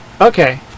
Okay